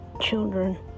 children